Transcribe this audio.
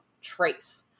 trace